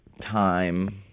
time